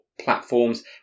platforms